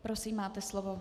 Prosím, máte slovo.